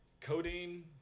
Codeine –